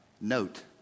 note